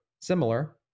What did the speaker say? similar